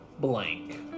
blank